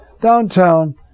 Downtown